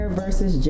versus